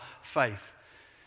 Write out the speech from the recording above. faith